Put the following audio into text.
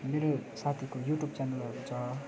मेरो साथीको युट्युब च्यानलहरू छ